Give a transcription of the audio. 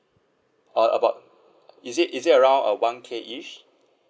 uh about is it is it around uh one K ish